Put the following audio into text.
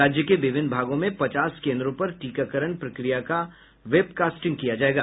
राज्य के विभिन्न भागों में पचास केन्द्रों पर टीकाकरण प्रक्रिया का वेबकास्टिंग किया जाएगा